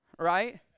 right